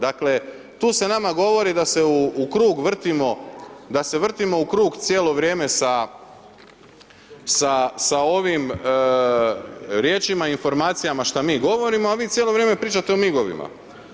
Dakle, tu se nama govori da se u krug vrtimo, da se vrtimo u krug cijelo vrijeme sa ovim riječima, informacijama što mi govorimo, a vi cijelo vrijeme pričate o MIG-ovima.